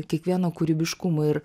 kiekvieno kūrybiškumui ir